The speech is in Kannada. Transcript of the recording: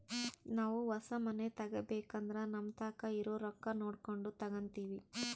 ನಾವು ಹೊಸ ಮನೆ ತಗಬೇಕಂದ್ರ ನಮತಾಕ ಇರೊ ರೊಕ್ಕ ನೋಡಕೊಂಡು ತಗಂತಿವಿ